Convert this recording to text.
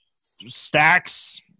stacks